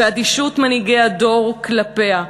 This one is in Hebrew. ואדישות מנהיגי הדור כלפיה,